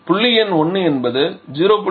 புள்ளி எண் 1 என்பது 0